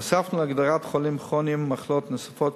הוספנו להגדרת "חולים כרוניים" מחלות נוספות,